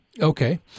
Okay